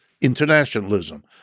internationalism